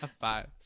five